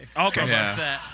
Okay